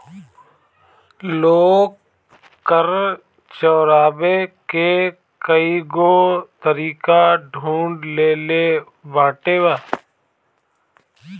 लोग कर चोरावे के कईगो तरीका ढूंढ ले लेले बाटे